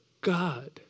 God